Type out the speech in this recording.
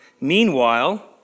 Meanwhile